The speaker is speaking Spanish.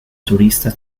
turistas